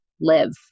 live